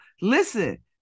listen